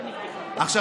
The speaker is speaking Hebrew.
עכשיו,